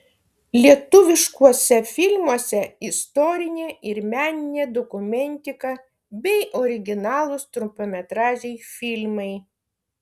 lietuviškuose filmuose istorinė ir meninė dokumentika bei originalūs trumpametražiai filmai